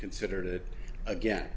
considered it again